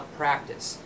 practice